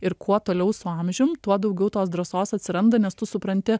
ir kuo toliau su amžium tuo daugiau tos drąsos atsiranda nes tu supranti